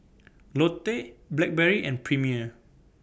Lotte Blackberry and Premier